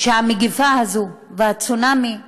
שהמגפה הזו והצונאמי הזה,